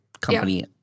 company